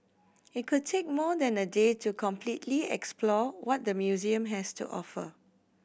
it could take more than a day to completely explore what the museum has to offer